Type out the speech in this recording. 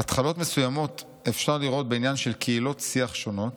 "התחלות מסוימות אפשר לראות בעניין של קהילות שיח שונות,